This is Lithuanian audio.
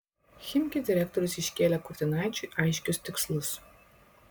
chimki direktorius iškėlė kurtinaičiui aiškius tikslus